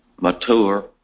mature